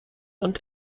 und